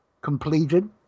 completed